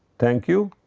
thank you.